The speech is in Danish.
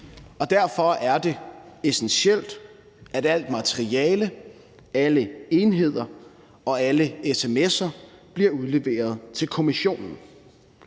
Derfor er det essentielt, at alt materiale, alle enheder og alle sms'er bliver udleveret til kommissionen.